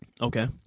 Okay